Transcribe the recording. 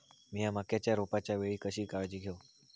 मीया मक्याच्या रोपाच्या वेळी कशी काळजी घेव?